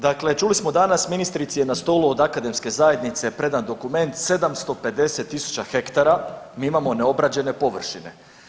Dakle, čuli smo danas ministrici je na stolu od akademske zajednice predan dokument 750.000 hektara mi imamo neobrađene površine.